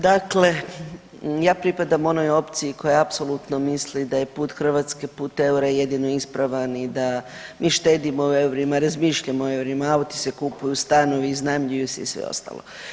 Dakle, ja pripadam onoj opciji koja apsolutno misli da je put Hrvatske put eura jedino ispravan i da mi štedimo u eurima, razmišljamo u eurima, auti se kupuju, stanovi, iznajmljuje se i sve ostalo.